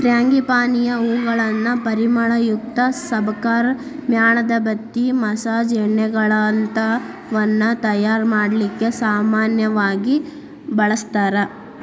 ಫ್ರಾಂಗಿಪಾನಿಯ ಹೂಗಳನ್ನ ಪರಿಮಳಯುಕ್ತ ಸಬಕಾರ್, ಮ್ಯಾಣದಬತ್ತಿ, ಮಸಾಜ್ ಎಣ್ಣೆಗಳಂತವನ್ನ ತಯಾರ್ ಮಾಡ್ಲಿಕ್ಕೆ ಸಾಮನ್ಯವಾಗಿ ಬಳಸ್ತಾರ